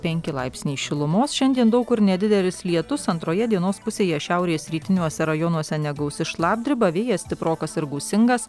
penki laipsniai šilumos šiandien daug kur nedidelis lietus antroje dienos pusėje šiaurės rytiniuose rajonuose negausi šlapdriba vėjas stiprokas ir gūsingas